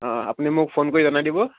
অঁ আপুনি মোক ফোন কৰি জনাই দিব